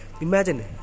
Imagine